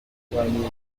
umwe